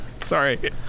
Sorry